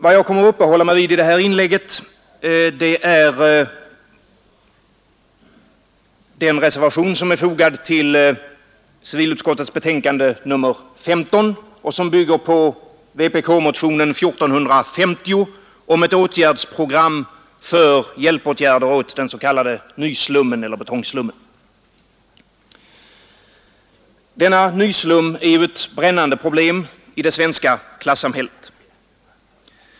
Vad jag kommer att uppehålla mig vid i det här inlägget är den reservation som är fogad till civilutskottets betänkande nr 15 och som bygger på vpk-motionen 1450 om ett åtgärdsprogram för hjälpåtgärder åt den s.k. nyslummen eller betongslummen. Denna nyslum är ju ett brännande problem i det svenska klassamhället.